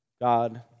God